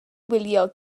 wylio